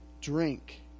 drink